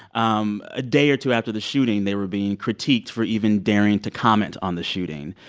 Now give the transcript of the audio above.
um a day or two after the shooting, they were being critiqued for even daring to comment on the shooting.